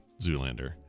Zoolander